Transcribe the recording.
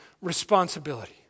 responsibility